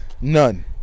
None